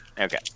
Okay